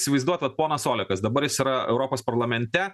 įsivaizduot vat ponas olekas dabar jis yra europos parlamente